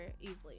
easily